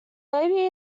baby